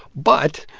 but,